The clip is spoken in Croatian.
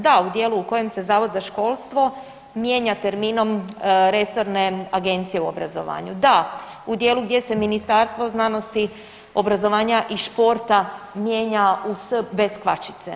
Da, u dijelu u kojem se Zavod za školstvo mijenja terminom resorne agencije u obrazovanju, da u dijelu gdje se Ministarstvo znanosti, obrazovanja i športa mijenja u S bez kvačice.